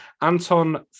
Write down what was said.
Anton